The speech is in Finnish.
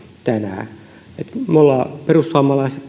tänään me perussuomalaiset